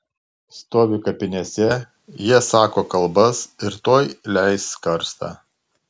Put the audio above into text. stovi kapinėse jie sako kalbas ir tuoj leis karstą